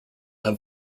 have